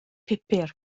pupur